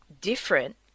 different